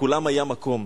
לכולם היה מקום.